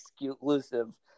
exclusive